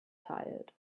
tired